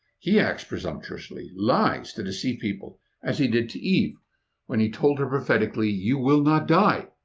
he acts presumptuously, lies to deceive people as he did to eve when he told her prophetically, you will not die.